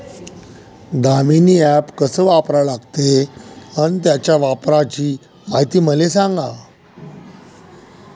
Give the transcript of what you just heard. Damini app कस वापरा लागते? अन त्याच्या वापराची मायती मले सांगा